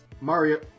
Mario